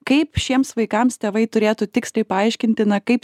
kaip šiems vaikams tėvai turėtų tiksliai paaiškinti na kaip